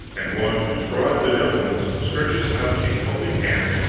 and one whose broad begevolence stretches out its help ing hand,